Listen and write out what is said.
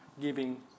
giving